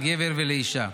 לגבר ולאישה.